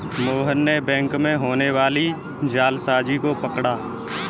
मोहन ने बैंक में होने वाली जालसाजी को पकड़ा